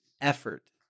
effort